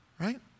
Right